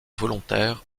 volontaires